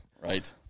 Right